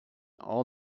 all